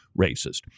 racist